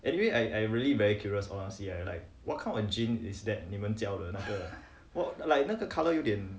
anyway I I really very curious honestly I like what kind of gin is that 你们叫的那个 what like 那个 color 有点